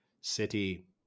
City